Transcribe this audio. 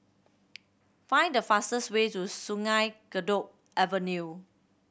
find the fastest way to Sungei Kadut Avenue